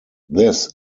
this